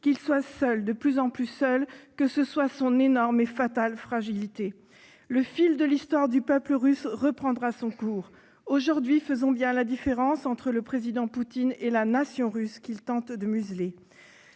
qu'il soit seul, de plus en plus seul, et que ce soit son énorme et fatale fragilité. Le fil de l'histoire du peuple russe reprendra son cours. Faisons bien la différence entre le président Poutine et la nation russe qu'il tente de museler